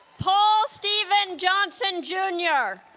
paul stephen johnson, jr.